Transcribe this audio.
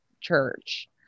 church